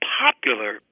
popular